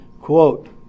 Quote